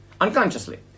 unconsciously